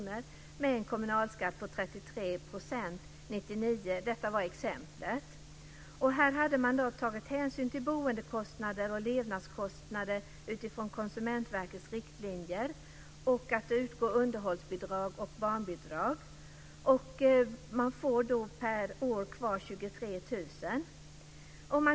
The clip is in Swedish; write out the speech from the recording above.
Kommunalskatten i exemplet var 33 % 1999. Man hade tagit hänsyn till boendekostnader och levnadskostnader enligt Konsumentverkets riktlinjer och till att underhållsbidrag och barnbidrag utbetalas. Personen får kvar 23 000 kr per år.